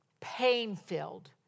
pain-filled